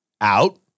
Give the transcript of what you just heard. out